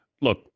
Look